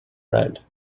red